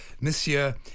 Monsieur